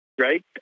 Right